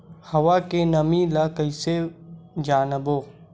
हवा के नमी ल कइसे जानबो?